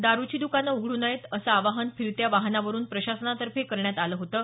दारूची दकानं उघड्र नयेत असं आवाहन फिरत्या वाहनावरून प्रशासनातर्फे करण्यात आलं होतं